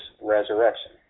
resurrection